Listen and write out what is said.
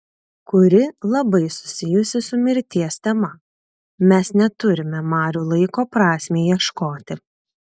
kuri labai susijusi su mirties tema mes neturime marių laiko prasmei ieškoti